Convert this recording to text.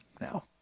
now